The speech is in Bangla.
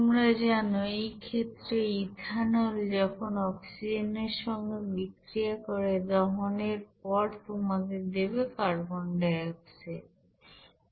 তোমরা জানো এই ক্ষেত্রে ইথানল যখন অক্সিজেনের সঙ্গে বিক্রিয়া করে দহন এর পর তোমাদের দেবে কার্বন ডাই অক্সাইড